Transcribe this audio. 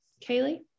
Kaylee